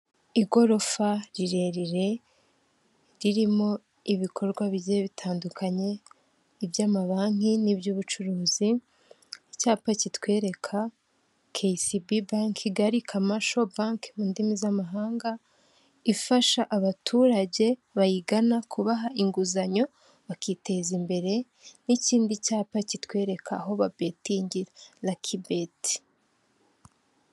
Igorofa rirerire ririmo ibikorwa bigiye bitandukanye iby'ama banki ni by'ubucuruzi, icyapa kitwereka kesibi banki Kigali kamasho (commacial bank ) mu ndimi z'amahanga ,ifasha abaturage bayigana kubaha inguzanyo bakiteza imbere n'ikindi cyapa kitwereka aho babetingira.